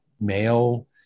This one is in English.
male